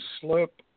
slip